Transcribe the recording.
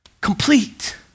Complete